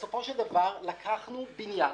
בסופו של דבר לקחנו בניין